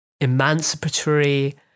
emancipatory